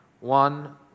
One